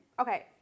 okay